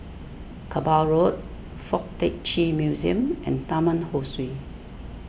Kerbau Road Fuk Tak Chi Museum and Taman Ho Swee